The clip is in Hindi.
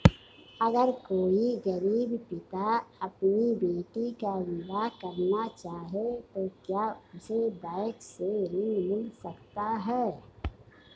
अगर कोई गरीब पिता अपनी बेटी का विवाह करना चाहे तो क्या उसे बैंक से ऋण मिल सकता है?